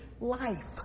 life